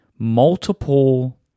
Multiple